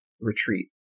retreat